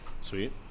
Sweet